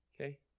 Okay